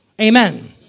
Amen